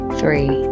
three